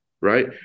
right